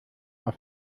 auf